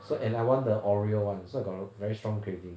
so and I want the oreo [one] so I got a very strong craving